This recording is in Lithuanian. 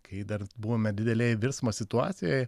kai dar buvome didelėj virsmo situacijoj